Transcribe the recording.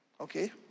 Okay